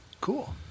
Cool